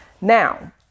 Now